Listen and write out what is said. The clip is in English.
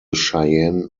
cheyenne